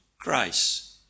grace